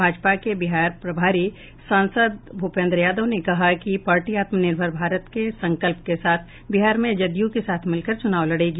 भाजपा के बिहार प्रभारी और सांसद भूपेन्द्र यादव ने कहा कि पार्टी आत्मनिर्भर भारत के संकल्प के साथ बिहार में जदयू के साथ मिलकर चुनाव लड़ेगी